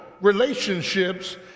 relationships